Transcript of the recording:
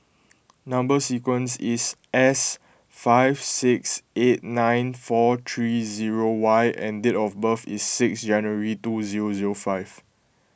Number Sequence is S five six eight nine four three zero Y and date of birth is six January two zero zero five